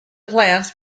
plants